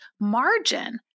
margin